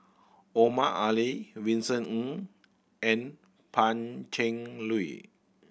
Omar Ali Vincent Ng and Pan Cheng Lui